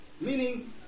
meaning